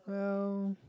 well